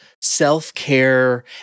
self-care